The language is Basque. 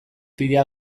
pila